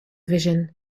vision